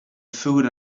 food